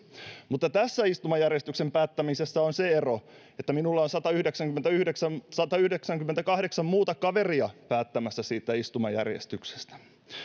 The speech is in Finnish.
mutta tässä istumajärjestyksen päättämisessä on se ero että minulla on satayhdeksänkymmentäkahdeksan satayhdeksänkymmentäkahdeksan muuta kaveria päättämässä siitä istumajärjestyksestä